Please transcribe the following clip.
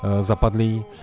zapadlý